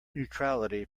neutrality